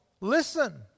listen